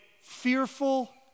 fearful